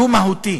דו-מהותי,